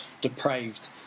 depraved